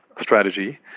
strategy